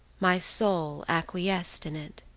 my soul acquiesced in it.